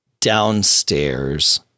downstairs